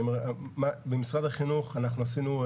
במשרד החינוך עשינו,